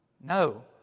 No